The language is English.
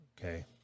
Okay